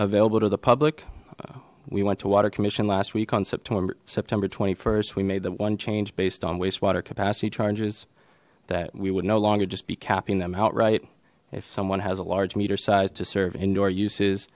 available to the public we went to water commission last week on september september st we made the one change based on wastewater capacity charges that we would no longer just be capping them outright if someone has a large meter size to serve indoor uses